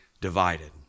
divided